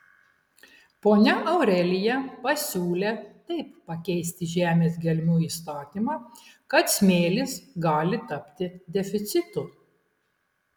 ponia aurelija pasiūlė taip pakeisti žemės gelmių įstatymą kad smėlis gali tapti deficitu